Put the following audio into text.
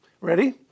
Ready